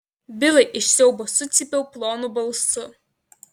bilai iš siaubo sucypiau plonu balsu